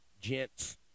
gents